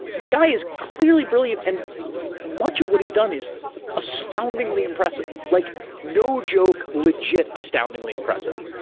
the guy is clearly brilliant, and much of what he's done is astoundingly impressive. like no joke, legit astoundingly impressive.